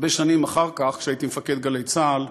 הרבה שנים אחר כך, כשהייתי מפקד גלי צה"ל,